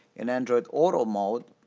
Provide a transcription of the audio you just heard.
in android auto mode,